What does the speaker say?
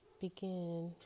begin